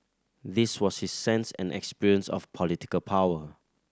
this was his sense and experience of political power